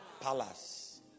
palace